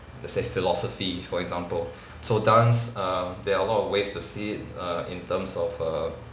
let's say philosophy for example so dance err there are a lot of ways to see it err in terms of err